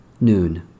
Noon